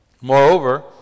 Moreover